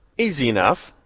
easy enough.